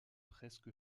presque